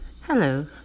Hello